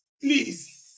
Please